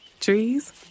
Trees